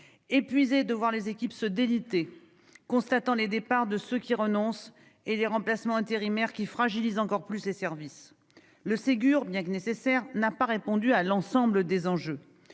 épuisés de voir les équipes se déliter, constatant le départ de ceux qui renoncent et le recrutement d'intérimaires qui fragilise encore plus leurs services. Le Ségur, bien que nécessaire, n'a pas répondu à l'ensemble des enjeux.